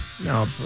No